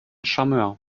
charmeur